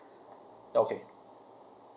okay